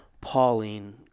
Pauline